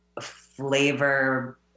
flavor